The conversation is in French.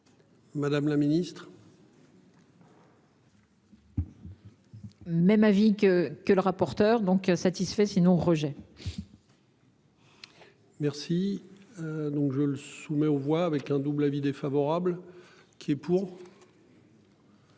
Madame la Ministre. Même avis que que le rapporteur donc satisfait sinon rejet. Merci. Donc, je le soumets aux voix avec un double avis défavorable qui est pour.